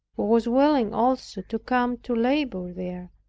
who was willing also to come to labor there,